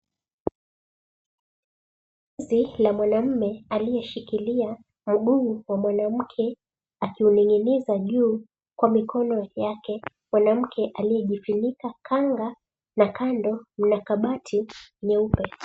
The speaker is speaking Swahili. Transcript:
Mwanamume aliyeshikilia mguu wa mwanamke akining'iza juu kwa mikono yake. Mwanamke aliyejifinika kanga na kando mna kabati nyeupe.